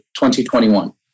2021